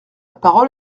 parole